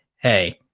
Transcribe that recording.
hey